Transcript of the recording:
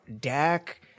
Dak